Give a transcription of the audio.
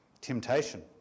Temptation